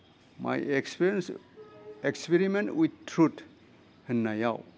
माइ experience experiment with truth होन्नायाव